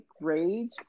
rage